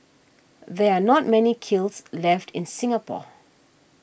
there are not many kilns left in Singapore